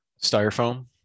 Styrofoam